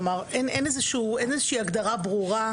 כלומר אין איזו שהיא הגדרה ברורה.